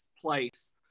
place